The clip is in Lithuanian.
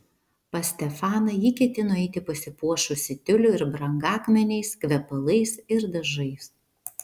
pas stefaną ji ketino eiti pasipuošusi tiuliu ir brangakmeniais kvepalais ir dažais